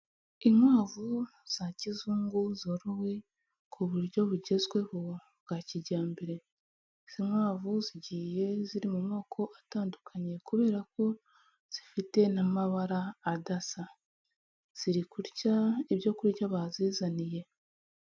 Inkwavu za kizungu zorowe ku buryo bugezweho bwa kijyambere, izi nkwavu zigiye ziri mu moko atandukanye kubera ko zifite n'amabara adasa, ziri kurya ibyo kurya bazizaniye.